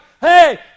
Hey